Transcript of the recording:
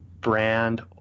brand